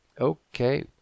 Okay